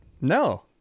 No